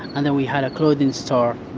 and then we had a clothing store.